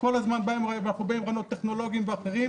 כל הזמן אנחנו באים עם רעיונות טכנולוגיים ואחרים